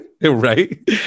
right